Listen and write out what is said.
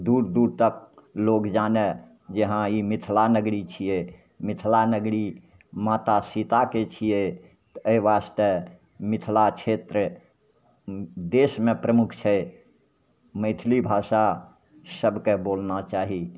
दूर दूर तक लोक जानै कि हँ ई मिथिला नगरी छिए मिथिला नगरी माता सीताके छिए एहि वास्ते मिथिला क्षेत्र देशमे प्रमुख छै मैथिली भाषा सभकेँ बोलना चाही